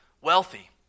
wealthy